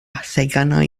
theganau